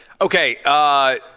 Okay